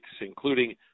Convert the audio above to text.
including